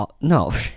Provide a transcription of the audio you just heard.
No